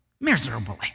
miserably